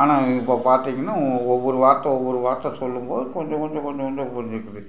ஆனால் இப்போ பார்த்திங்கன்னா ஒவ்வொரு வார்த்தை ஒவ்வொரு வார்த்தை சொல்லும் போது கொஞ்சம் கொஞ்சம் கொஞ்சம் கொஞ்சம் புரிஞ்சிக்கிது